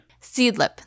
Seedlip